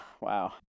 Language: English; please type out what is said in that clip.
Wow